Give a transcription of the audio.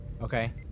Okay